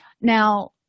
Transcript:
Now